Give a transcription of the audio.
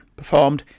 performed